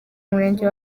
umurenge